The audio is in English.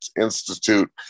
institute